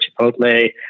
Chipotle